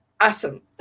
awesome